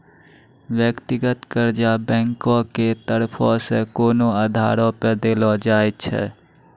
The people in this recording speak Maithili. व्यक्तिगत कर्जा बैंको के तरफो से कोनो आधारो पे देलो जाय छै